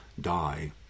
die